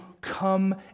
come